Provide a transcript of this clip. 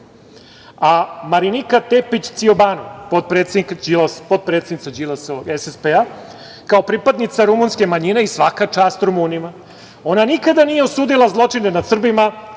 Gori. Marinika Tepić Cijobanu, potpredsednica Đilasovog SSP, kao pripadnica rumunske manjine, i svaka čast Rumunima, ona nikada nije osudila zločine nad Srbima